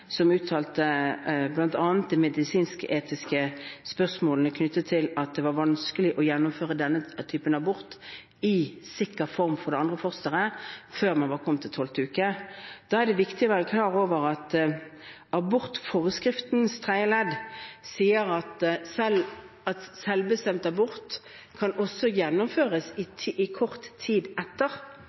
vanskelig å gjennomføre denne typen abort i en form som var sikker for det andre fosteret, før man har kommet til 12. uke. Da er det viktig å være klar over at abortforskriftens tredje ledd sier at selvbestemt abort også kan gjennomføres i kort tid etter